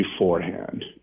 beforehand